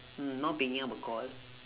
mm not picking up a call